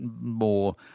more